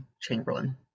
Chamberlain